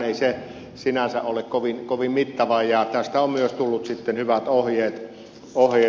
ei se sinänsä ole kovin mittavaa ja tästä on myös tullut hyvät ohjeet